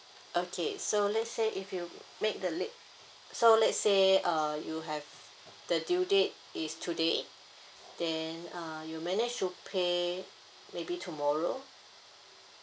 okay so let's say if you make the late so let's say uh you have the due date is today then uh you manage to pay maybe tomorrow